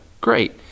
Great